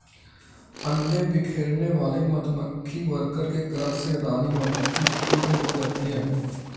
अंडे बिखेरने वाले मधुमक्खी वर्कर के कार्य से रानी मधुमक्खी क्रुद्ध हो जाती है